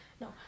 No